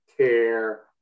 care